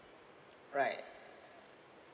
right